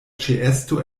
ĉeesto